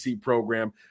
program